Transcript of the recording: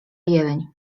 jeleń